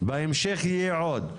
בהמשך יהיה עוד,